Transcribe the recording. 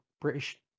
British